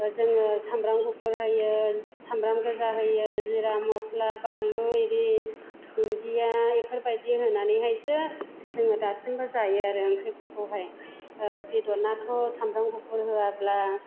जोङो साम्ब्राम गुफुर होयो साम्ब्राम गोजा होयो जिरा मस्ला बानलु आरि दुन्दिया बेफोरबायदि होनानैहायसो जोङो दासिमबो जायो आरो ओंख्रिफोरखौहाय बेदर नाथ' साम्ब्राम गुफुर होआब्ला